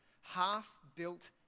half-built